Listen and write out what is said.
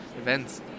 events